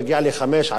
לפי,